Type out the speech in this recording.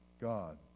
God